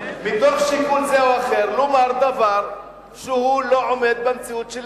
מתוך שיקול כזה או אחר לומר דבר שלא עומד במבחן המציאות,